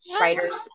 writers